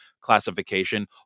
classification